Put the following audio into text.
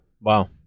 Wow